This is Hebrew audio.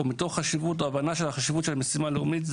או מתוך הבנת החשיבות שזו משימה לאומית,